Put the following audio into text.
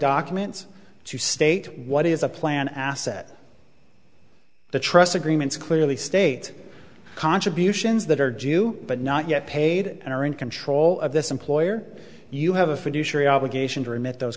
documents to state what is a plan asset the trust agreements clearly state contributions that are jew but not yet paid and are in control of this employer you have a